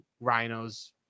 Rhinos